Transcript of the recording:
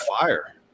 fire